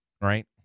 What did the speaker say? right